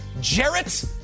Jarrett